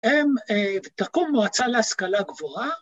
‫הם... תקום מועצה להשכלה גבוהה